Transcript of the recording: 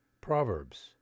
Proverbs